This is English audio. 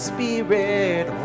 Spirit